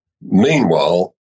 meanwhile